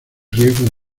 riesgo